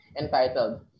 entitled